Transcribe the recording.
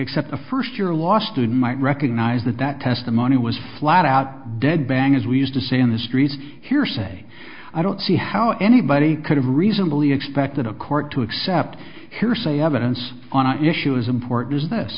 except a first year law student might recognise that that testimony was flat out dead bang as we used to say in the streets hearsay i don't see how anybody could reasonably expect in a court to accept hearsay evidence on an issue as important as th